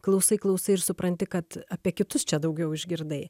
klausai klausai ir supranti kad apie kitus čia daugiau išgirdai